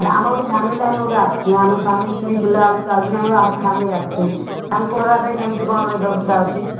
ଆମେ ଗୋଟେ ଫ୍ୟାମିଲି ଆମେ ଗୋଟେ ଆସିଛୁ ଆମେ ସ୍ୱାମୀ ସ୍ତ୍ରୀ ପିଲା ଆମ ଚାରି ଜଣ ଆମର ଫ୍ୟାମିଲି ଆସିଛୁ ତାଙ୍କୁ ରହିବା ପାଇଁ କେମିତି କ'ଣ ବ୍ୟବସ୍ଥା ଅଛି